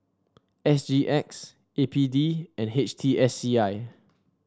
S G X A P D and H T S C I